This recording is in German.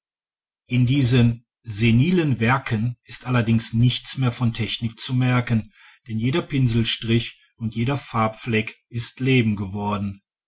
in diesen senilen werken ist allerdings nichts mehr von technik zu merken denn jeder pinselstrich und jeder farbfleck ist leben geworden